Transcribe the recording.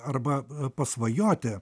arba pasvajoti